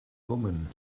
omen